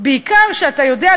בעיקר כשאתה יודע,